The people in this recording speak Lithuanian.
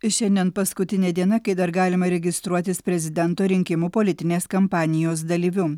šiandien paskutinė diena kai dar galima registruotis prezidento rinkimų politinės kampanijos dalyviu